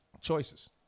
choices